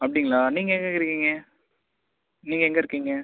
அப்படிங்களா நீங்கள் எங்கே இருக்கிறீங்க நீங்கள் எங்கே இருக்கீங்க